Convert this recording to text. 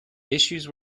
issues